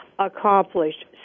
accomplished